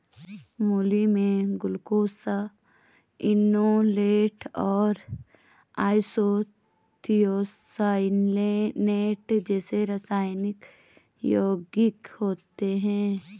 मूली में ग्लूकोसाइनोलेट और आइसोथियोसाइनेट जैसे रासायनिक यौगिक होते है